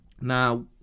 Now